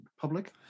public